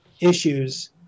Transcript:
issues